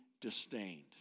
disdained